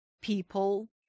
people